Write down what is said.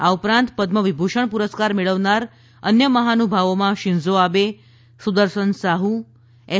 આ ઉપરાંત પદમવિભૂષણ પુરસ્કાર મેળવનાર અન્ય મહાનુભાવોમાં Shinzo Abe Sudarshan Sahu S